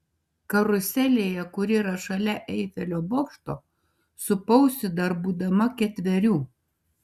karuselėje kuri yra šalia eifelio bokšto supausi dar būdama ketverių